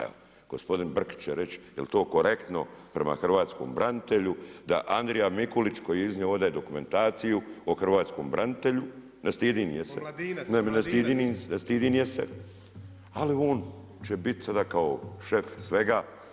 Evo, gospodin Brkić će reći jel to korektno prema hrvatskom branitelju, da Andrija Mikulić koji je iznio ovdje dokumentaciju o hrvatskom branitelju, ne stidim je se. … [[Upadica se ne čuje.]] ne stidim je se, ali on će biti sada kao šef svega.